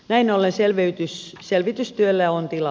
näin ollen selvitystyölle on tilausta